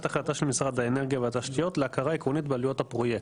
החלטה של משרד האנרגיה והתשתיות להכרה עקרונית בעלויות הפרויקט.